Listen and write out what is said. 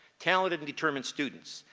talented and determined students.